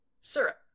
Syrup